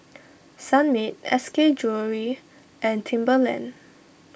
Sunmaid S K Jewellery and Timberland